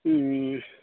ம் ம்